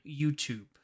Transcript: YouTube